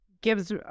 gives